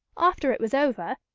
after it was over,